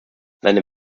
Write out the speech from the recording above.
seine